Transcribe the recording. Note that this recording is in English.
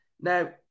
Now